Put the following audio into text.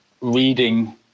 reading